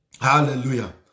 Hallelujah